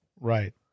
Right